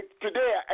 today